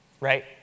right